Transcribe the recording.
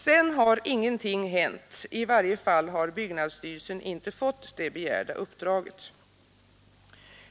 Sedan har ingenting hänt; i varje fall har byggnadsstyrelsen inte fått det begärda uppdraget.